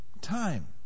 Time